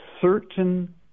certain